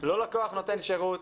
לא לקוח נותן שירות,